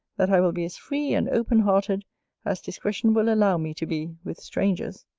that i will be as free and open hearted as discretion will allow me to be with strangers.